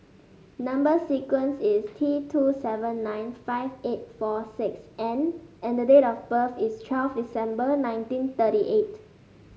number sequence is T two seven nine five eight four six N and the date of birth is twelve December nineteen thirty eight